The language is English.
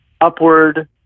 upward